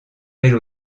elle